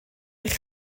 eich